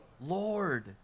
Lord